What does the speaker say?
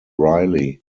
reilly